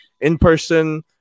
in-person